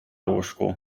łóżku